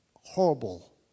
horrible